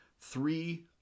Three